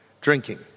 drinking